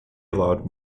allowed